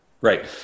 Right